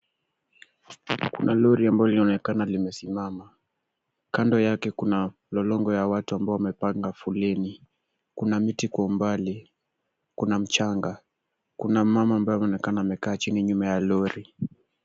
Kuna lori ambalo linaonekana limesimama. Kando yake kuna mlolongo ya watu ambao wamepanga foleni, kuna miti kwa umbali, kuna mchanga, kuna mama ambaye anaonekana amekaa chini nyuma ya lori.